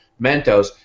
Mentos